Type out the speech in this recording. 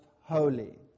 holy